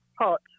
Hot